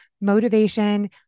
motivation